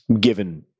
given